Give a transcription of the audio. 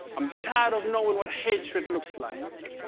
i'm tired of knowing what hatred looks like.